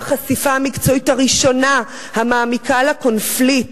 החשיפה המקצועית הראשונה המעמיקה לקונפליקט.